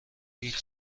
هیچ